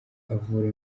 avura